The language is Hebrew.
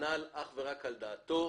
הנ"ל אך ורק על דעתו.